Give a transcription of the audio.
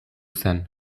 zen